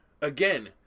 again